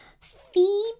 Phoebe